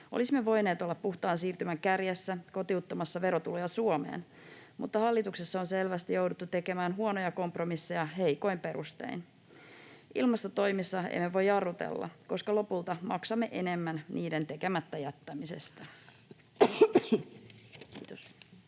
Olisimme voineet olla puhtaan siirtymän kärjessä kotiuttamassa verotuloja Suomeen, mutta hallituksessa on selvästi jouduttu tekemään huonoja kompromisseja heikoin perustein. Ilmastotoimissa emme voi jarrutella, koska lopulta maksamme enemmän niiden tekemättä jättämisestä. — Kiitos.